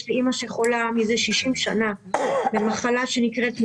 יש לי אימא שחולה מזה 60 שנים במחלה שנקראת...